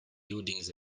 buildings